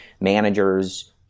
managers